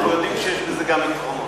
אנחנו יודעים שיש בזה גם יתרונות.